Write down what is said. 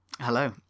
Hello